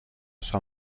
sua